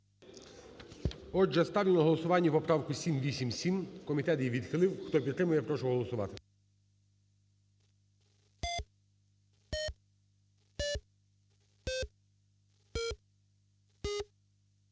Отже, ставлю на голосування поправку 787. Комітет її відхилив. Хто підтримує, прошу голосувати.